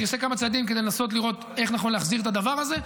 אני עושה כמה צעדים כדי לנסות ולראות איך נכון להחזיר את הדבר הזה.